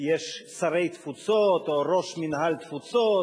יש שרי תפוצות או ראש מינהל תפוצות,